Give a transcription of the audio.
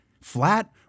flat